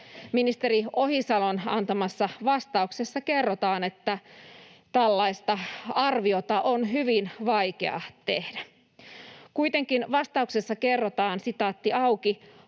Ministeri Ohisalon antamassa vastauksessa kerrotaan, että tällaista arviota on hyvin vaikea tehdä. Kuitenkin vastauksessa kerrotaan: ”Laittoman